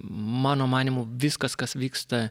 mano manymu viskas kas vyksta